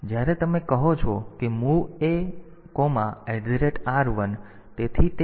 તેથી જ્યારે તમે કહો છો કે MOV AR1 છે